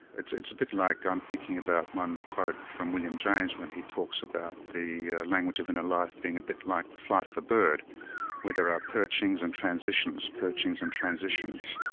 it's it's a bit like i'm thinking about one quote from william james when he talks about the language of inner life being a bit like the flight of a bird where there are perchings and transitions, perchings and transitions.